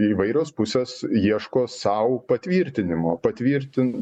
įvairios pusės ieško sau patvirtinimo patvirtin